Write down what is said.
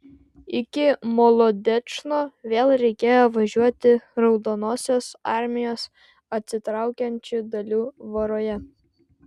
iki molodečno vėl reikėjo važiuoti raudonosios armijos atsitraukiančių dalių voroje